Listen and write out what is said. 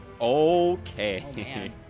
Okay